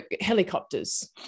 helicopters